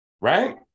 Right